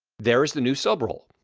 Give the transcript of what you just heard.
there is the new sub role.